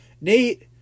Nate